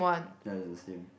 ya it's the same